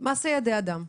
מעש ידי אדם.